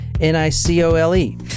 N-I-C-O-L-E